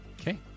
Okay